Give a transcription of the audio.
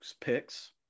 picks